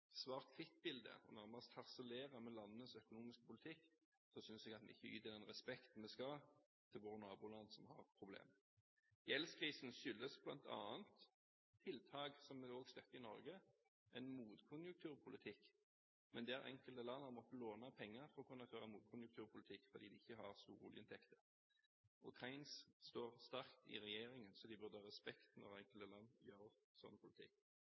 og når man harselerer med landenes økonomiske politikk, synes jeg ikke vi yter den respekten vi skal overfor våre naboland som har problemer. Gjeldskrisen skyldes bl.a. tiltak som vi også støtter i Norge – en motkonjunkturpolitikk – der enkelte land har måttet låne penger for å kunne føre en motkonjunkturpolitikk, fordi de ikke har store oljeinntekter. Keynes står sterkt i regjeringen, så de burde ha respekt når enkelte land fører en slik politikk.